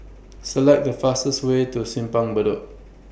Select The fastest Way to Simpang Bedok